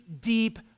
deep